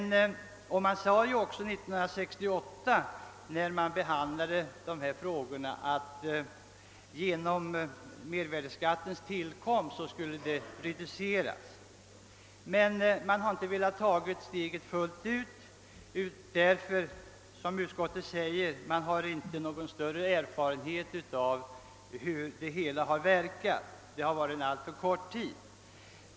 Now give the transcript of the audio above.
När dessa frågor behandlades år 1968, sade man att denna snedvridning genom mervärdeskattens tillkomst skulle reduceras. Man har emellertid inte velat ta steget fullt ut, eftersom man, som utskottet säger, inte har någon större erfarenhet av hur det hela verkat; skatten har varit i kraft alltför kort tid.